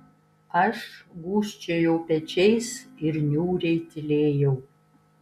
aš gūžčiojau pečiais ir niūriai tylėjau